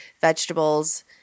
vegetables